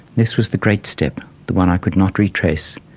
this was the great step, the one i could not retrace,